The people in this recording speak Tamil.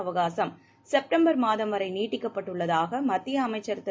அவகாசம் செட்டம்பர் மாதம் வரை நீட்டிக்கப்பட்டுள்ளதாக மத்திய அமைச்சர் திரு